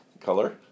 Color